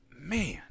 Man